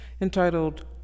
entitled